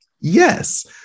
Yes